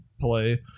play